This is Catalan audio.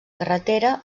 carretera